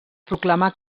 proclamà